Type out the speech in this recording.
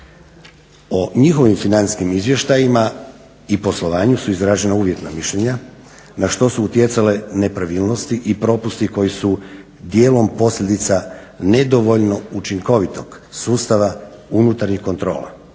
O njihovim financijskim izvještajima i poslovanju su izražena uvjetna mišljenja na što su utjecale nepravilnosti i propusti koji su dijelom posljedica nedovoljno učinkovito sustava unutarnjih kontrola